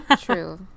True